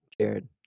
jared